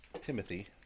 Timothy